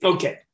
Okay